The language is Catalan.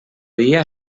dia